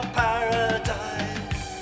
paradise